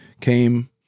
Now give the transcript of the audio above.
came